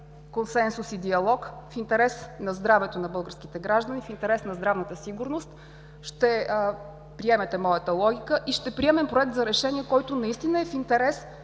консенсус и диалог, в интерес на здравето на българските граждани, в интерес на здравната сигурност ще приемете моята логика и ще приемем Проект за решение, който наистина е в интерес